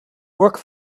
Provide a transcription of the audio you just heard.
work